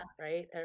Right